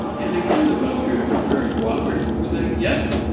and again the villagers were very cooperative, and saying yes,